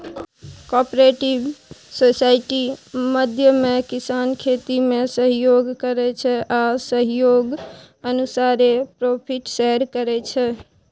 cooperative society माध्यमे किसान खेतीमे सहयोग करै छै आ सहयोग अनुसारे प्रोफिट शेयर करै छै